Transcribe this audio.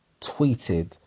tweeted